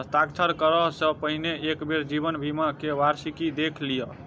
हस्ताक्षर करअ सॅ पहिने एक बेर जीवन बीमा के वार्षिकी देख लिअ